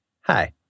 Hi